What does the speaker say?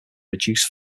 reduced